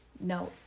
No